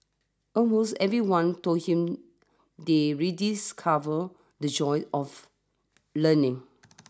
almost everyone told him they rediscovered the joy of learning